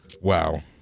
Wow